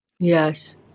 Yes